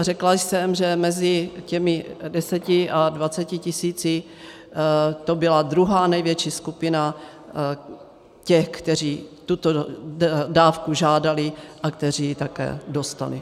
Řekla jsem, že mezi těmi 10 a 20 tisíci to byla druhá největší skupina těch, kteří o tuto dávku žádali a kteří ji také dostali.